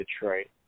Detroit